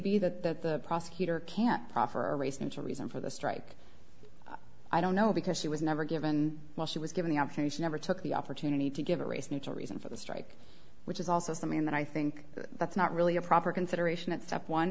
be that the prosecutor can't proffer race neutral reason for the strike i don't know because she was never given well she was given the option she never took the opportunity to give a race neutral reason for the strike which is also something that i think that's not really a proper consideration at step one